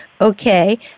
Okay